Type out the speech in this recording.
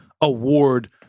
award